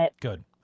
Good